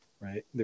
right